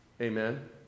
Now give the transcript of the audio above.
Amen